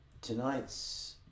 tonight's